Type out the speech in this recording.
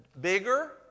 bigger